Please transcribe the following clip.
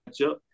matchup